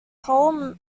hull